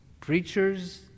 preachers